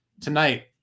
tonight